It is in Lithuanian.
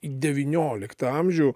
į devynioliktą amžių